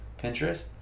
Pinterest